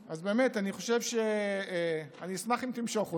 באמת, אני אשמח אם תמשוך אותה,